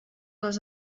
les